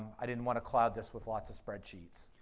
i didn't want to cloud this with lots of spreadsheets.